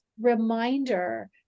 reminder